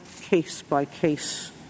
case-by-case